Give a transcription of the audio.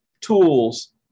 tools